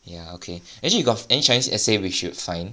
ya okay actually you got any chinese essay we should find